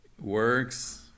Works